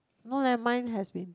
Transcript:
no leh mine has been